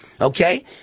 Okay